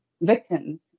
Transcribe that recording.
victims